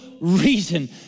reason